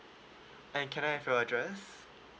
and can I have your address